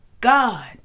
God